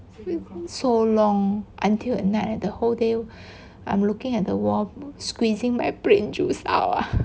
so long until at night at the whole day I'm looking at the wall squeezing my brain juice out ah